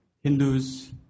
Hindus